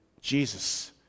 Jesus